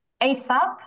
ASAP